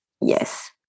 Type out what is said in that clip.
yes